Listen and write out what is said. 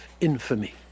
infamy